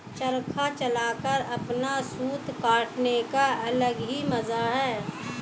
चरखा चलाकर अपना सूत काटने का अलग ही मजा है